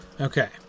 Okay